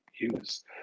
use